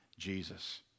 Jesus